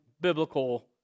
biblical